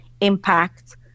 impact